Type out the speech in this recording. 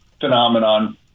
phenomenon